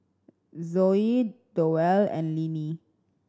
Zoie Doyle and Linnie